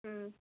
হুম